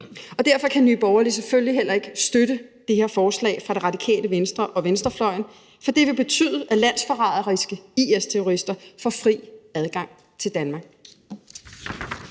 Og derfor kan Nye Borgerlige selvfølgelig heller ikke støtte det her forslag fra Radikale Venstre og venstrefløjen, for det ville betyde, at landsforræderiske IS-terrorister får fri adgang til Danmark.